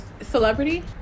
Celebrity